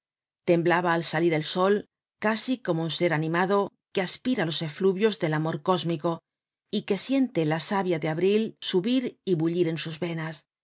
temblaba al salir el sol casi como un ser animado que aspira los efluvios del amor cósmico y que siente la savia de abril subir y bullir en sus venas